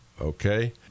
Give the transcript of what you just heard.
Okay